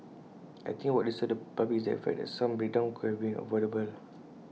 I think what disturbs the public is the fact that some breakdowns could have been avoidable